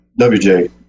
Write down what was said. WJ